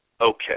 Okay